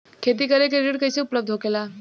खेती करे के ऋण कैसे उपलब्ध होखेला?